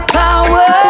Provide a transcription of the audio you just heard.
power